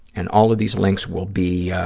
and all of these links will be